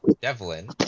Devlin